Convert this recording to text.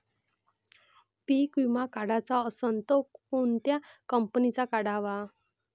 पीक विमा काढाचा असन त कोनत्या कंपनीचा काढाव?